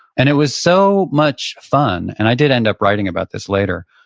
and it was so much fun and i did end up writing about this later.